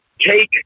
take